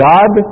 God